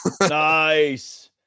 Nice